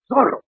Zorro